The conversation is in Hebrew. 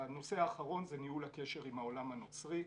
הנושא האחרון זה ניהול הקשר עם העולם הנוצרי.